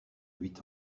huit